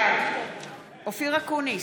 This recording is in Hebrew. בעד אופיר אקוניס,